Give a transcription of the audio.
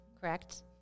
correct